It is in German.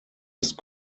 ist